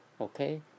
okay